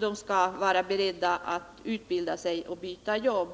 Man skall vara beredd att utbilda sig och byta jobb.